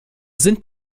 sind